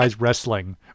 wrestling